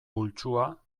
pultsua